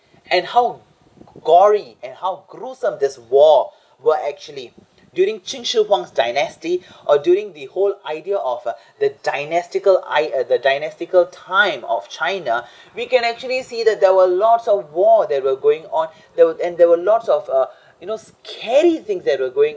and how gory and how gruesome this war were actually during qin shi huang's dynasty or during the whole idea of uh the diagnostical I uh the diagnostical time of china we can actually see that there were a lots of war that were going on there were and there were lots of uh you know scary things that were going